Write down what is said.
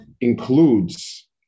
includes